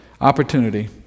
opportunity